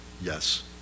yes